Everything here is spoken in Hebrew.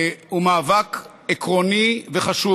הוא מאבק עקרוני וחשוב.